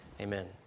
Amen